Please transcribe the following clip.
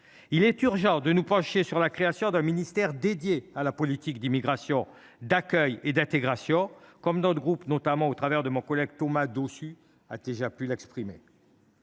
Il est urgent de nous pencher sur la création d’un ministère dédié à la politique d’immigration, d’accueil et d’intégration comme notre groupe, notamment par la voix de mon collègue Thomas Dossus, a déjà pu l’évoquer.